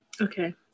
Okay